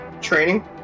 Training